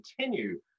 continue